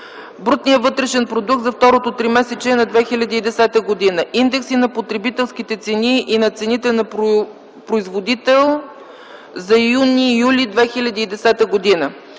брутния вътрешен продукт за второто тримесечие на 2010 г.; индекси на потребителските цени и на цените на производител за юни и юли 2010 г.;